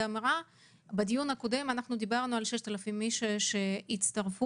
בדיון הקודם דברנו על 6,000 איש שהצטרפו,